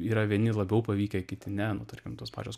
yra vieni labiau pavykę kiti ne nu tarkim tos pačios